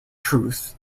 truth